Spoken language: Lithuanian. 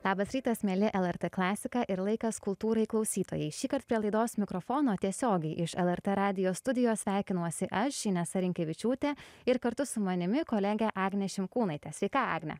labas rytas mieli lrt klasika ir laikas kultūrai klausytojai šįkart prie laidos mikrofono tiesiogiai iš lrt radijo studijos sveikinuosi aš inesa rinkevičiūtė ir kartu su manimi kolegė agnė šimkūnaitė sveika agne